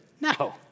No